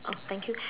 oh thank you